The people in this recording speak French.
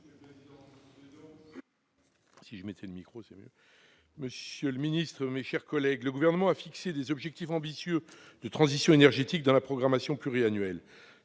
monsieur le ministre d'État, mes chers collègues, le Gouvernement a fixé des objectifs ambitieux de transition énergétique dans la programmation pluriannuelle